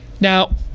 Now